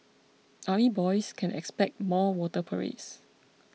army boys can expect more water parades